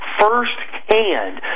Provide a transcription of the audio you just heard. firsthand